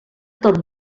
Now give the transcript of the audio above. torn